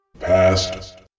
past